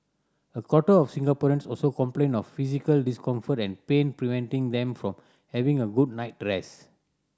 a quarter of Singaporeans also complained of physical discomfort and pain preventing them from having a good night rest